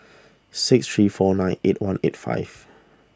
six three four nine eight one eight five